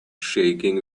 shaking